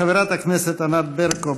חברת הכנסת ענת ברקו,